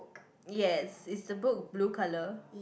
yes is the book blue colour